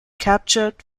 captured